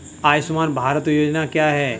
आयुष्मान भारत योजना क्या है?